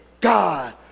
God